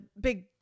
big